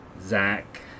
Zach